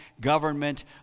government